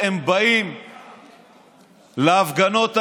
הם באים להפגנות האלה,